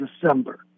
December